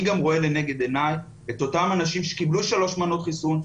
אני גם רואה לנגד עיניי את אותם אנשים שקיבלו שלוש מנות חיסון,